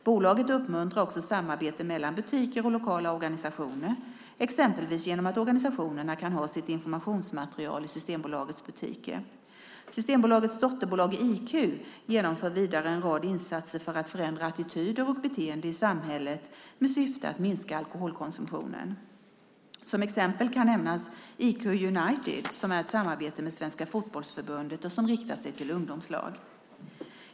Bolaget uppmuntrar också samarbete mellan butiker och lokala organisationer, exempelvis genom att organisationerna kan ha sitt informationsmaterial i Systembolagets butiker. Systembolagets dotterbolag IQ genomför vidare en rad insatser för att förändra attityder och beteende i samhället med syfte att minska alkoholkonsumtionen. Som exempel kan nämnas IQ United som är ett samarbete med Svenska Fotbollförbundet och som riktar sig till ungdomslag.